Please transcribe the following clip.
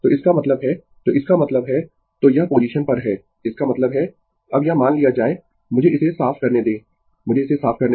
तो इसका मतलब है तो इसका मतलब है तो यह पोजीशन पर है इसका मतलब है यह अब मान लिया जाए मुझे इसे साफ करने दें मुझे इसे साफ करने दें